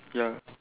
ya